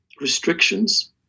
restrictions